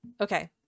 okay